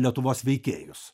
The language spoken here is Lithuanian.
lietuvos veikėjus